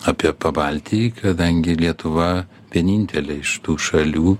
apie pabaltijį kadangi lietuva vienintelė iš tų šalių